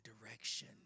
direction